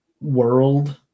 world